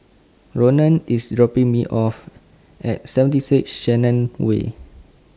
Ronan IS dropping Me off At seventy six Shenton Way